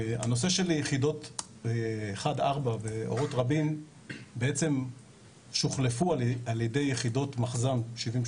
הנושא של יחידות 1-4 ואורות רבין בעצם שהוחלפו על ידי יחידות מחז"מ 70,